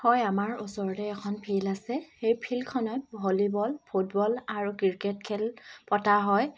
হয় আমাৰ ওচৰতে এখন ফিল্ড আছে সেই ফিল্ডখনত ভলীবল ক্ৰিকেট আৰু ফুটবল খেল পতা হয়